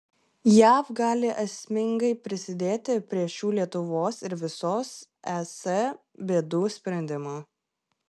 jav gali esmingai prisidėti prie šių lietuvos ir visos es bėdų sprendimo